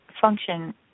function